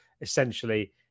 essentially